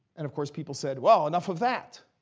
and of course, people said, well, enough of that.